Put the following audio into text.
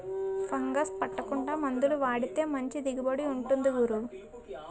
fungus పట్టకుండా మందులు వాడితే మంచి దిగుబడి ఉంటుంది గురూ